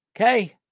Okay